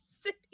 city